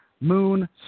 moon